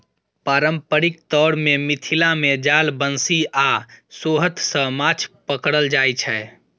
पारंपरिक तौर मे मिथिला मे जाल, बंशी आ सोहथ सँ माछ पकरल जाइ छै